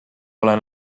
ole